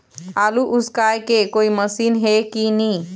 आलू उसकाय के कोई मशीन हे कि नी?